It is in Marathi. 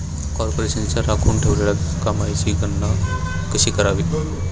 कॉर्पोरेशनच्या राखून ठेवलेल्या कमाईची गणना कशी करावी